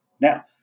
Now